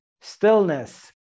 Stillness